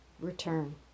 return